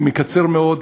אני מקצר מאוד,